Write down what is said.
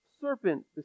serpent